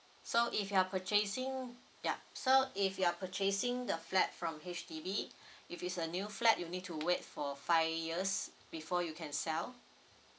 so if you are purchasing yup so if you are purchasing the flat from H_D_B if it's a new flat you need to wait for five years before you can sell